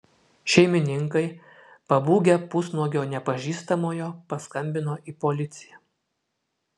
šeimininkai pabūgę pusnuogio nepažįstamojo paskambino į policiją